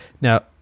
Now